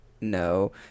no